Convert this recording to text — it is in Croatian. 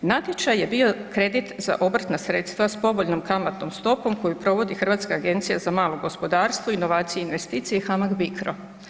Natječaj je bio kredit za obrtna sredstva s povoljnom kamatnom stopom koju provodi Hrvatska agencija za malo gospodarstvo, inovacije i investicije i HAMAG Bicro.